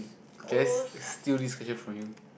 guess I steal this question from you